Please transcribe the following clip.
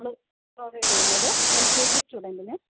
നമ്മൾ പ്രൊവൈഡ് ചെയ്യുന്നത് L K G സ്റ്റുഡൻറ്റിന്